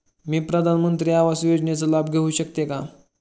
मी प्रधानमंत्री आवास योजनेचा लाभ घेऊ शकते का?